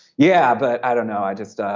yeah. but i don't know i just.